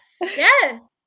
Yes